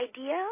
idea